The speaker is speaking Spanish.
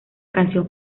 canción